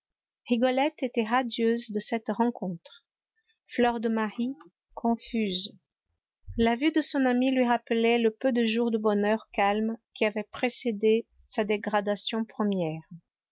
était radieuse de cette rencontre fleur de marie confuse la vue de son amie lui rappelait le peu de jours de bonheur calme qui avait précédé sa dégradation première